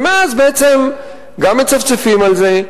ומאז בעצם גם מצפצפים על זה,